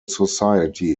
society